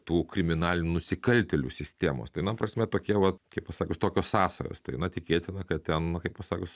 tų kriminalinių nusikaltėlių sistemos tai na prasme tokie vat kaip pasakius tokios sąsajos tai na tikėtina kad ten kaip pasakius